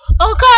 Okay